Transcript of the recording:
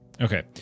Okay